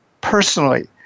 personally